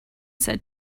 said